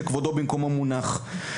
שכבודו במקומו מונח.